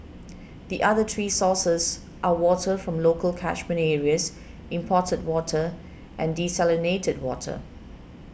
the other three sources are water from local catchment areas imported water and desalinated water